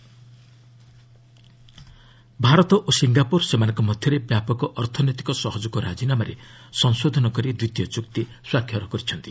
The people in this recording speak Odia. ଇଣ୍ଡିଆ ସିଙ୍ଗାପ୍ତର ଭାରତ ଓ ସିଙ୍ଗାପ୍ରର ସେମାନଙ୍କ ମଧ୍ୟରେ ବ୍ୟାପକ ଅର୍ଥନୈତିକ ସହଯୋଗ ରାଜିନାମାରେ ସଂଶୋଧନ କରି ଦ୍ୱିତୀୟ ଚୁକ୍ତି ସ୍ୱାକ୍ଷର କରିଛନ୍ତି